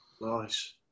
Nice